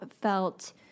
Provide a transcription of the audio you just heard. felt